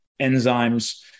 enzymes